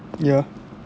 ya